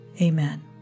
Amen